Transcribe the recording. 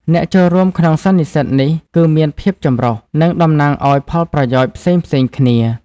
អ្នកចូលរួមក្នុងសន្និសីទនេះគឺមានភាពចម្រុះ និងតំណាងឱ្យផលប្រយោជន៍ផ្សេងៗគ្នា។